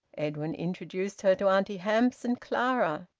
edwin introduced her to auntie hamps and clara.